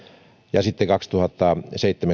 ja sitten